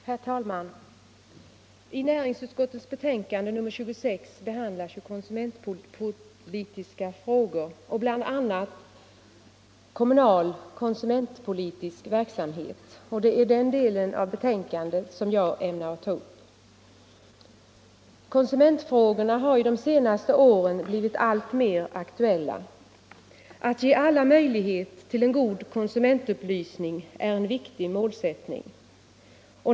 Herr talman! I näringsutskottets betänkande nr 26 behandlas konsumentpolitiska frågor och bl.a. kommunal konsumentpolitisk verksamhet. Det är den delen av betänkandet som jag ämnar ta upp. Konsumentfrågorna har under de senaste åren blivit alltmer aktuella. Att ge alla möjlighet till en god konsumentupplysning är en viktig målsättning.